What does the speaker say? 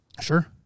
Sure